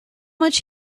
much